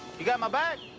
you got my bag?